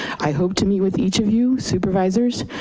i hope to meet with each of you supervisors,